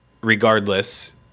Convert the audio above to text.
regardless